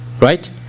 Right